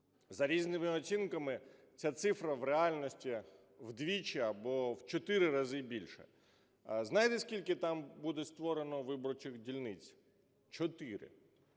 За різними оцінками ця цифра в реальності вдвічі або в 4 рази більше. Знаєте, скільки там буде створено виборчих дільниць? Чотири.